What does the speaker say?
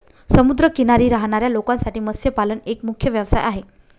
समुद्र किनारी राहणाऱ्या लोकांसाठी मत्स्यपालन एक मुख्य व्यवसाय आहे